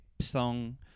song